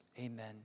Amen